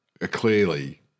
clearly